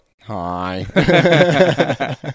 Hi